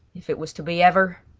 if it was to be ever,